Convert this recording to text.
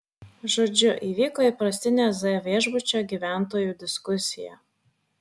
žodžiu vyko įprastinė z viešbučio gyventojų diskusija